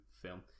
film